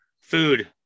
Food